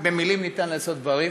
שבמילים ניתן לעשות דברים,